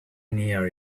near